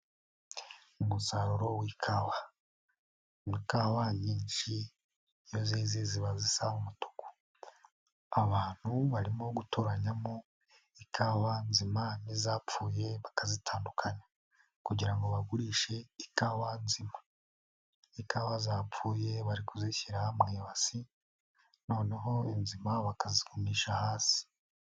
Umusaruro w'ikawa, ikawa nyinshi iyo zeze ziba zisa n'umutuku, abantu barimo gutoranyamo ikawa nzima n'izapfuye bakazitandukanya kugira ngo bagurishe ikawa nzima, ikawa zapfuye bari kuzishyira mu ibasi noneho inzima bakazigumisha hasi.